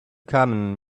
common